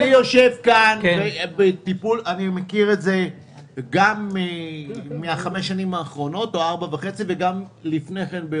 אני מכיר את זה גם מחמש השנים האחרונות וגם לפני כן,